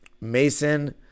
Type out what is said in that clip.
Mason